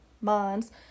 months